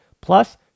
Plus